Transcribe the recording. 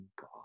God